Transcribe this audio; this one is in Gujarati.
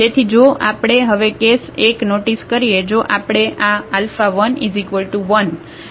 તેથી જો આપણે હવે કેસ 1 નોટિસ કરીએ જો આપણે આ α1 1 α2 0 લઈએ